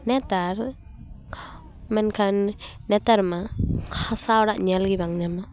ᱱᱮᱛᱟᱨ ᱢᱮᱱᱠᱷᱟᱱ ᱱᱮᱛᱟᱨ ᱢᱟ ᱦᱟᱥᱟ ᱚᱲᱟᱜ ᱧᱮᱞ ᱜᱮ ᱵᱟᱝ ᱧᱟᱢᱟ